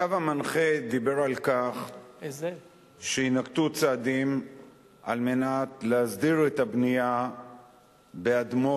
הקו המנחה דיבר על כך שיינקטו צעדים להסדיר את הבנייה באדמות